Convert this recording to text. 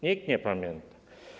Nikt nie pamięta.